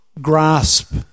grasp